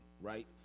right